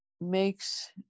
makes